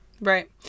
Right